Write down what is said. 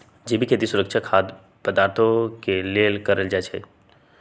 जैविक खेती सुरक्षित खाद्य पदार्थ के लेल कएल जाई छई